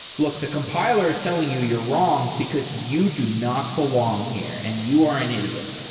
look, the compiler is telling you you're wrong, because you do not belong here, and you are an idiot.